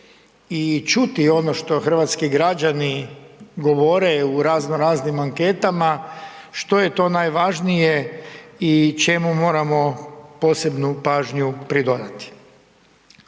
i čuti ono što hrvatski građani govore u raznoraznim anketama, što je to najvažnije i čemu moramo posebnu pažnju pridodati.